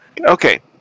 Okay